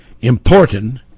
important